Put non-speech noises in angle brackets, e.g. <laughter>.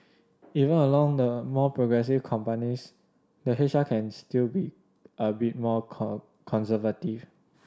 even along the more progressive companies the H R can still be a bit more <unintelligible> conservative